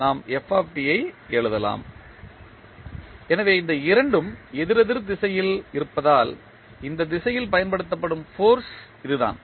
நாம் f ஐ எழுதலாம் எனவே இந்த இரண்டும் எதிரெதிர் திசையில் இருப்பதால் இந்த திசையில் பயன்படுத்தப்படும் ஃபோர்ஸ் இதுதான்